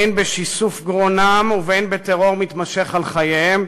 בין בשיסוף גרונם ובין בטרור מתמשך על חייהם,